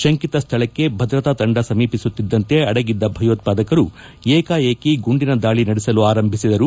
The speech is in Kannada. ಶಂಕಿತ ಸ್ದಳಕ್ಕೆ ಭದ್ರತಾ ತಂಡ ಸಮೀಪಿಸುತ್ತಿದ್ದಂತೆ ಅಡಗಿದ್ದ ಭಯೋತ್ಪಾದಕರು ಏಕಾಏಕಿ ಗುಂಡಿನ ದಾಳಿ ನಡೆಸಲು ಆರಂಭಿಸಿದರು